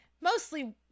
mostly